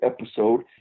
episode